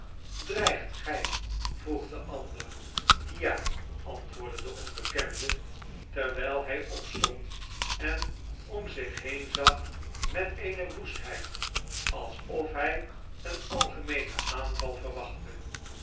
drijgt gij vroeg de ander ja antwoordde de onbekende terwijl hij opstond en om zieh heen zag met eene woestheid alsof hij een algemeenen aanval verwachtte